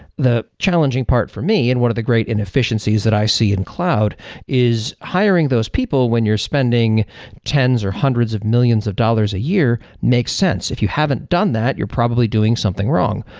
the challenging part for me and one of the great inefficiencies that i see in cloud is hiring those people when you're spending tens or hundreds of millions of dollars a year makes sense. if you haven't done that, you're probably doing something wrong.